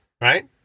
right